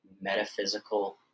metaphysical